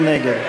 מי נגד?